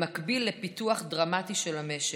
במקביל לפיתוח דרמטי של המשק.